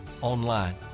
online